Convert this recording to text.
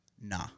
Nah